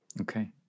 Okay